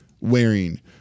wearing